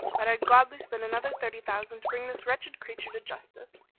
but i'd gladly spend another thirty thousand to bring this wretched creature to justice.